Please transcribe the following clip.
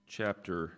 chapter